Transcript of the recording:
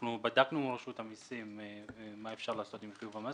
אנחנו בדקנו עם רשות המיסים מה אפשר לעשות עם חיוב המס,